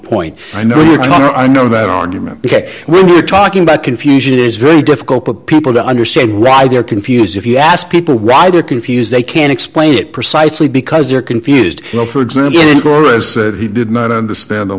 point i know i know that argument because we're talking about confusion is very difficult for people to understand why they're confused if you ask people why they're confused they can explain it precisely because they're confused you know for example he did not understand the